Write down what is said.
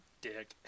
dick